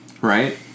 right